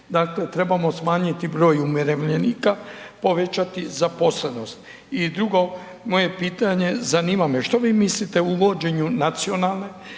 trebamo smanjiti broj umirovljenika, povećati zaposlenost. I drugo moje pitanje, zanima me, što vi mislite o uvođenju nacionalne